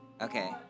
Okay